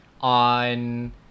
on